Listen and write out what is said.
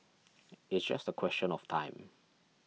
it's just a question of time